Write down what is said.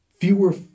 fewer